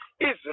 Israel